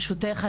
ברשותך,